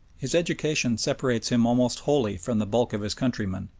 his education separates him almost wholly from the bulk of his countrymen.